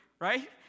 right